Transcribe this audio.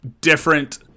different